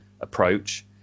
approach